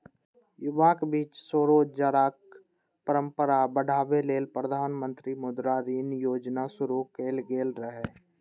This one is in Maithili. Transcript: युवाक बीच स्वरोजगारक परंपरा बढ़ाबै लेल प्रधानमंत्री मुद्रा ऋण योजना शुरू कैल गेल रहै